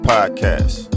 Podcast